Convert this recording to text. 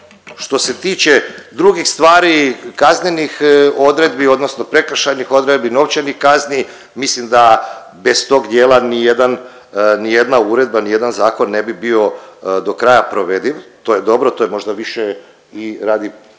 Što se tiče drugih stvari, kaznenih odredbi odnosno prekršajnih odredbi, novčanih kazni mislim da bez tog dijela nijedan, nijedna uredba, nijedan zakon ne bi bio do kraja provediv. To je dobro, to je možda više i radi